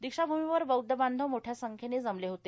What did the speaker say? दीक्षाभूमीवर बौद्ध बांधव मोठया संख्येनी जमले होते